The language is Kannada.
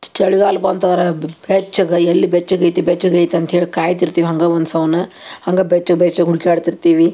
ಚ ಚಳಿಗಾಲ ಬಂತಂದರೆ ಬೆಚ್ಚಗೆ ಎಲ್ಲಿ ಬೆಚ್ಚಗೆ ಐತಿ ಬೆಚ್ಚಗೆ ಐತೆ ಅಂತ ಹೇಳಿ ಕಾಯ್ತಿರ್ತೀವಿ ಹಂಗೆ ಒಂದೇ ಸೌನ್ ಹಂಗೆ ಬೆಚ್ಚಗೆ ಬೆಚ್ಚಗೆ ಹುಡ್ಕಾಡ್ತಿರ್ತಿವಿ